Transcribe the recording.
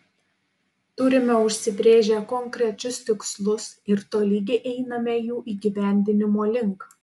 turime užsibrėžę konkrečius tikslus ir tolygiai einame jų įgyvendinimo link